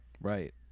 Right